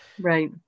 Right